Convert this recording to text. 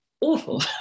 awful